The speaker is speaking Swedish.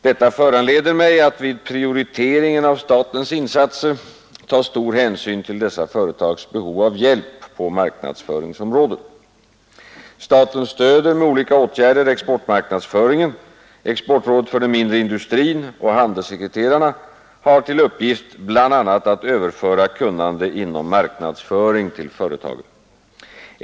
Detta föranleder mig att vid prioriteringen av statens insatser ta stor hänsyn till dessa företags behov av hjälp på Staten stöder med olika åtgärder exportmarknadsföringen. Exportrådet för den mindre industrin och handelssekreterarna har till uppgift bl.a. att överföra kunnande inom marknadsföring till företagen.